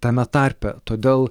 tame tarpe todėl